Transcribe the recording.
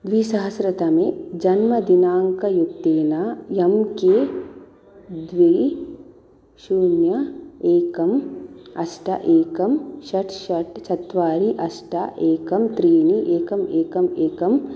द्विसहस्रतमे जन्मदिनाङ्कयुक्तेन यम् के द्वे शून्य एकम् अष्ट एकम् षट् षट् चत्वारि अष्ट एकम् त्रीणि एकम् एकम् एकम्